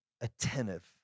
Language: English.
attentive